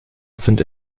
sind